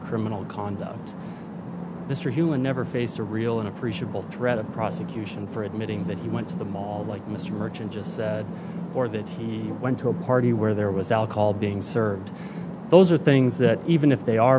criminal conduct mr human never faced a real and appreciable threat of prosecution for it may but he went to the mall like mr merchant just or that he went to a party where there was alcohol being served those are things that even if they are